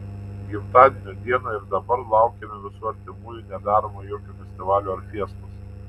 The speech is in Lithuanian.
gimtadienio dieną ir dabar laukiame visų artimųjų nedarome jokio festivalio ar fiestos